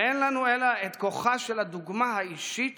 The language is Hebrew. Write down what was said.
ואין לנו אלא כוחה של הדוגמה האישית